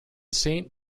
saint